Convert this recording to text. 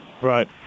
Right